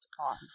on